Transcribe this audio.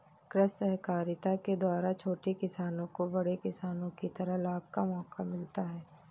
कृषि सहकारिता के द्वारा छोटे किसानों को बड़े किसानों की तरह लाभ का मौका मिलता है